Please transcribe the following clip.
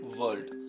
world